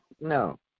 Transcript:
no